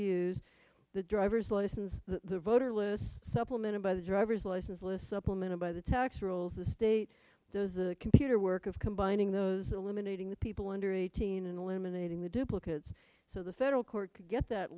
use the driver's license the voter lou this supplemented by the driver's license lists up a minute by the tax rules the state those the computer work of combining those eliminating the people under eighteen and eliminating the duplicate so the federal court could get that